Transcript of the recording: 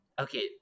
okay